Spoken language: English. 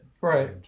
Right